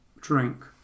drink